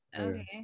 Okay